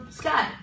sky